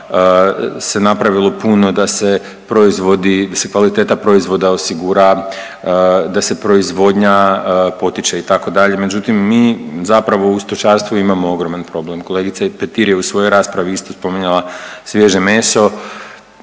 se proizvodi, da se kvaliteta proizvoda osigura, da se proizvodnja potiče itd. Međutim mi zapravo u stočarstvu imamo ogroman problem. Kolegica Petir je u svoj raspravi isto spominjala svježe meso.